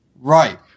Right